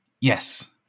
Yes